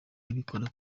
ibikora